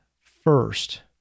first